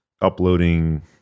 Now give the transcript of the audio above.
uploading